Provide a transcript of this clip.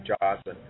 Johnson